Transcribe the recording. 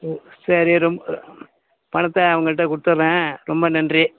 ம் சரி ரொம் பணத்தை அவங்கள்ட்ட கொடுத்துட்றேன் ரொம்ப நன்றி